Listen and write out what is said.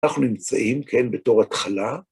אנחנו נמצאים, כן, בתור התחלה.